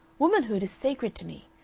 womanhood is sacred to me.